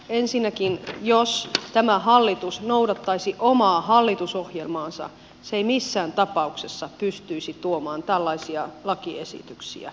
ensinnäkin jos tämä hallitus noudattaisi omaa hallitusohjelmaansa se ei missään tapauksessa pystyisi tuomaan tällaisia lakiesityksiä tänne